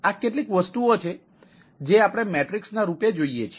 આ કેટલીક વસ્તુઓ છે જે મેટ્રિક્સ છે